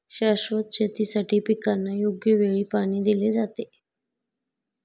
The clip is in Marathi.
शाश्वत शेतीसाठी पिकांना योग्य वेळी पाणी दिले जाते